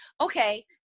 okay